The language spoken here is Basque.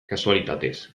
kasualitatez